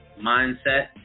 mindset